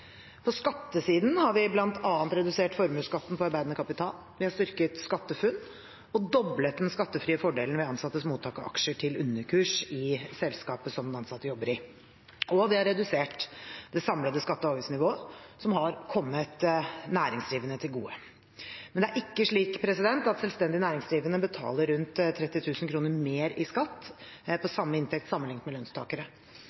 På skattesiden har vi bl.a. redusert formuesskatten på arbeidende kapital, styrket SkatteFUNN og doblet den skattefrie fordelen ved ansattes mottak av aksjer til underkurs i selskapet som den ansatte jobber i. Vi har redusert det samlede skatte- og avgiftsnivået, noe som også har kommet næringsdrivende til gode. Det er ikke slik at selvstendig næringsdrivende betaler rundt 30 000 kr mer i skatt på